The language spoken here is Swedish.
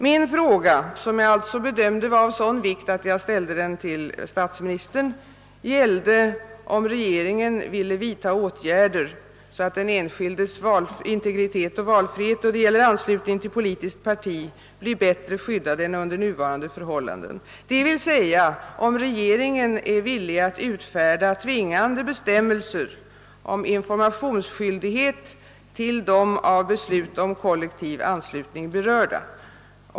Min fråga, som jag alltså bedömde vara av sådan vikt att jag ställde den till statsministern, gällde om regeringen ville vidta åtgärder så att den enskildes integritet och valfrihet då det gäller anslutning till politiskt parti skyddas bättre än under nuvarande förhållanden, d.v.s. om regeringen är villig att utfärda tvingande bestämmelser om informationsskyldighet till de av beslut om kollektiv anslutning berörda.